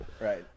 right